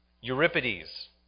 Euripides